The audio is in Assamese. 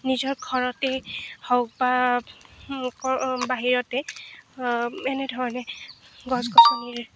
নিজৰ ঘৰতেই হওক বা বাহিৰতে এনে ধৰণে গছ গছনি